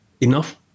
enough